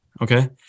Okay